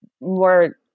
more